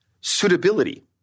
suitability